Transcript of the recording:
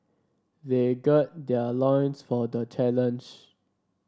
they gird their loins for the challenge